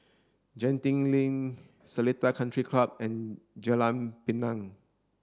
Genting Link Seletar Country Club and Jalan Pinang